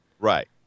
Right